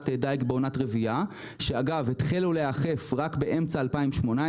דיג בעונת רבייה התחילו להיאכף רק באמצע שנת 2018,